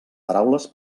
paraules